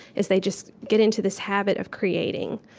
is, they just get into this habit of creating.